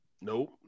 Nope